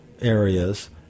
areas